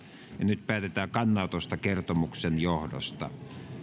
nyt päätetään kannanotosta kertomuksen johdosta